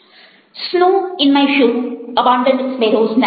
snow in my shoe abandoned sparrow's nest Snow in my shoe abandoned sparrow's nest"